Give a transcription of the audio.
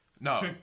No